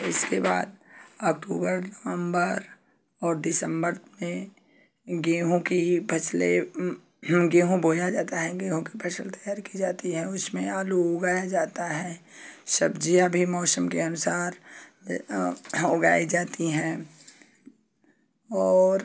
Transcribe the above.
इसके बाद अक्टूबर नवंबर और दिसंबर में गेहूँ की फ़सलें गेहूँ बोया जाता है गेहूँ की फ़सल तैयार की जाती है उसमें आलू उगया जाता है सब्ज़ियाँ भी मौसम के अनुसार उगाई जाती हैं और